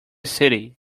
city